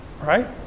Right